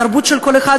את התרבות של כל אחד,